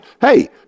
hey